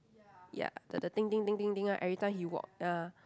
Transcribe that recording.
ya the the ding ding ding ding ding right every time he walk ya